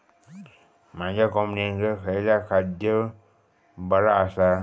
माझ्या कोंबड्यांका खयला खाद्य बरा आसा?